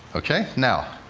ok? now,